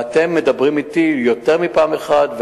ואתם מדברים אתי יותר מפעם אחת,